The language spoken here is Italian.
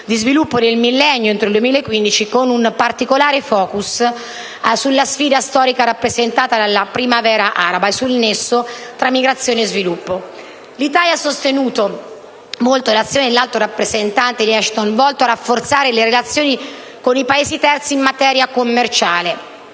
di sviluppo del millennio entro il 2015, con un particolare *focus* sulla sfida storica rappresentata dalla primavera araba e sul nesso tra migrazione e sviluppo. L'Italia ha sostenuto molto l'azione dell'Alto rappresentante Ashton volto a rafforzare le relazioni con i Paesi terzi in materia commerciale.